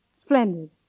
Splendid